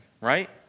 right